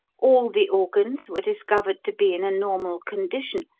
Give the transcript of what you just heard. all the organs were discovered to be in a normal condition,